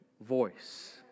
voice